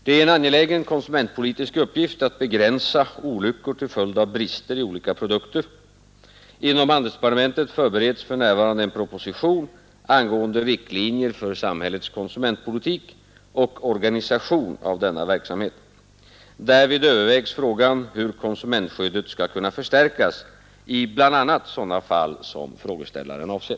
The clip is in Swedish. Det är en angelägen konsumentpolitisk uppgift att begränsa olyckor till följd av brister i olika produkter. Inom handelsdepartementet förbereds för närvarande en proposition angående riktlinjer för samhällets konsumentpolitik och organisation av denna verksamhet. Därvid övervägs frågan hur konsumentskyddet skall kunna förstärkas i bl.a. sådana fall som frågeställaren avser.